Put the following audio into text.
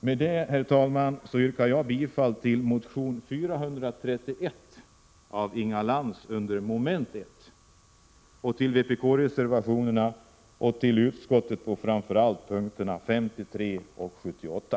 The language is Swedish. Med det, herr talman, yrkar jag bifall till motion A431 av Inga Lantz m.fl. under mom. 1 och till vpk-reservationerna samt i övrigt till utskottets hemställan, framför allt på punkterna 53 och 78.